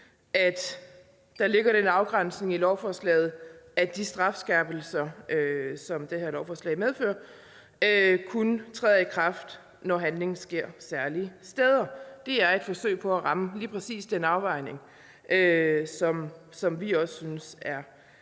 der ligger den afgrænsning i lovforslaget, at de strafskærpelser, som det her lovforslag medfører, kun træder i kraft, når handlingen sker særlige steder. Det er et forsøg på at ramme lige præcis den afvejning, som vi i Liberal